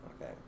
Okay